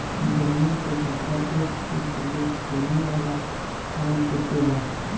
जमीन के भीतर एक फुट ले छेनी वाला हल जोते ला